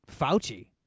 Fauci